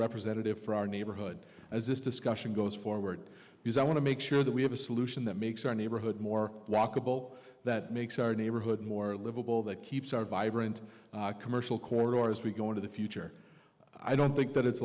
representative for our neighborhood as this discussion goes forward because i want to make sure that we have a solution that makes our neighborhood more walkable that makes our neighborhood more livable that keeps our vibrant commercial corridor as we go into the future i don't think that it's